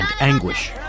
anguish